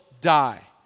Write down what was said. die